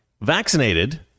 Vaccinated